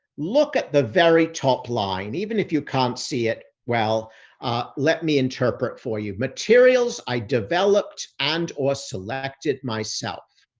look at the very top line. even if you can't see it well let me interpret for you. materials i developed and or selected myself.